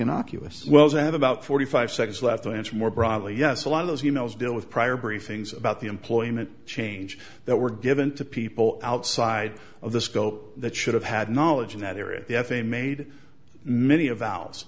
innocuous wells have about forty five seconds left to answer more broadly yes a lot of those emails deal with prior briefings about the employment change that were given to people outside of the scope that should have had knowledge in that area the f a a made many